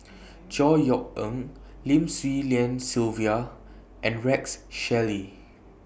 Chor Yeok Eng Lim Swee Lian Sylvia and Rex Shelley